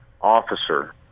officer